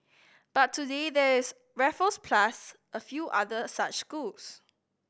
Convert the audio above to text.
but today there is Raffles plus a few other such schools